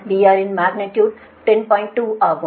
2 ஆகும்